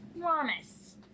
promise